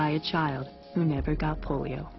a child who never got polio